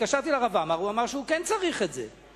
התקשרתי לרב עמאר והוא אמר שהוא כן צריך את זה.